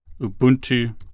Ubuntu